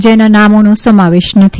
જેનાં નામોનો સમાવેશ નથી